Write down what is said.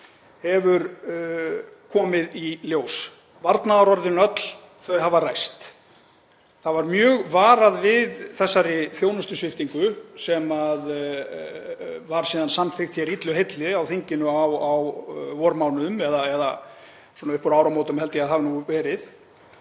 hefur komið í ljós. Varnaðarorðin hafa öll ræst. Það var mjög varað við þessari þjónustusviptingu sem var síðan samþykkt hér illu heilli á þinginu á vormánuðum, eða upp úr áramótum held ég að hafi verið.